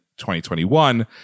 2021